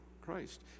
Christ